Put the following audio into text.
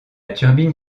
turbine